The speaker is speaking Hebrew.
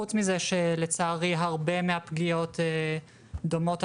חוץ מזה שלצערי הרבה מהפגיעות דומות,